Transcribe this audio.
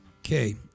Okay